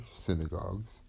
synagogues